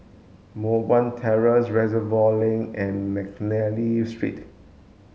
Moh Guan Terrace Reservoir Link and Mcnally Street